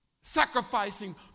sacrificing